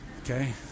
okay